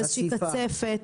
לאיזושהי קצפת,